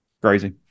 Crazy